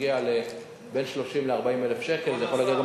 שמגיע לבין 30,000 ל-40,000 שקל,